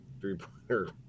three-pointer